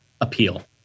appeal